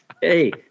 Hey